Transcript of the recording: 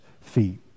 feet